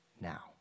now